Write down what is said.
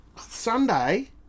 sunday